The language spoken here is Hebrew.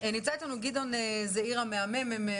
נמצא אתנו גדעון זעירא מהמ.מ.מ.